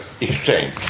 exchange